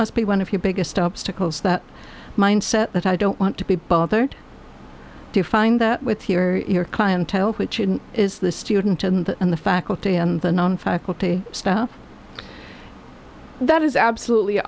must be one of your biggest obstacles that mind set that i don't want to be bothered do you find that with your clientele which is the student and the faculty and the non faculty staff that is absolutely